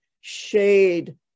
shade